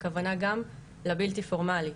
הכוונה גם לבלתי פורמלי,